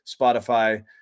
Spotify